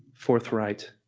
forthright.